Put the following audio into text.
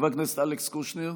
חבר הכנסת אלכס קושניר,